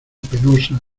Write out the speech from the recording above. penosa